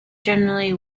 generally